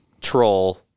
troll